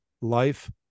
life